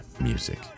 music